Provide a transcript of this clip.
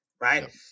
Right